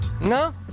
No